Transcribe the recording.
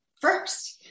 first